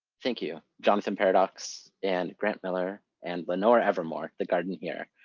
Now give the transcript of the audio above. thank you. johnson paradox, and grant miller, and lenore evermore, the garden here.